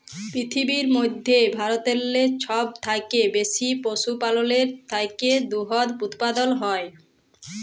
পিরথিবীর মইধ্যে ভারতেল্লে ছব থ্যাইকে বেশি পশুপাললের থ্যাইকে দুহুদ উৎপাদল হ্যয়